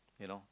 you know